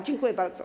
Dziękuję bardzo.